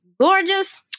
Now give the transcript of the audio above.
gorgeous